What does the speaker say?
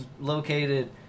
located